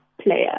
player